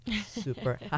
Super